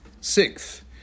Sixth